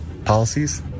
policies